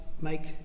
make